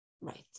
right